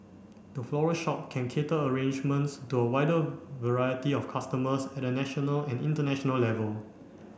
the floral shop can cater arrangements to a wider variety of customers at a national and international level